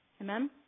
Amen